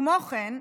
כמו כן,